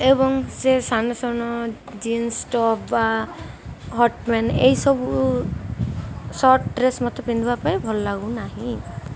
ଏବଂ ସେ ସାନସାନ ଜିନ୍ସ ଟପ୍ ବା ଏଇସବୁ ସର୍ଟ ଡ୍ରେସ୍ ମୋତେ ପିନ୍ଧିବା ପାଇଁ ଭଲ ଲାଗୁ ନାହିଁ